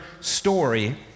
story